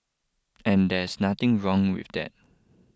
and there's nothing wrong with that